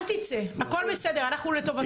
אל תצא, הכול בסדר, אנחנו לטובתך פה.